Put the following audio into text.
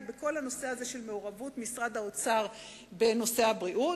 בכל המעורבות של משרד האוצר בנושא הבריאות,